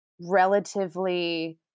relatively